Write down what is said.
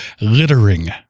littering